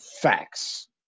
facts